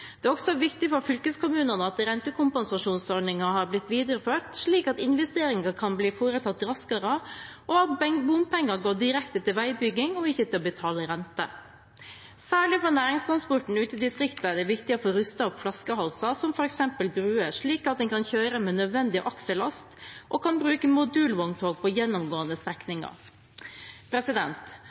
Det er også viktig for fylkeskommunene at rentekompensasjonsordningen har blitt videreført, slik at investeringer kan bli foretatt raskere, og at bompenger går direkte til veibygging og ikke til å betale renter. Særlig for næringstransporten ute i distriktene er det viktig å få rustet opp flaskehalser, som f.eks. bruer, slik at en kan kjøre med nødvendig aksellast og bruke modulvogntog på gjennomgående strekninger.